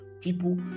people